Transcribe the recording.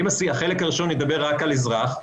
אם החלק הראשון מדבר רק על אזרח,